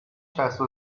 چسب